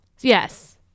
Yes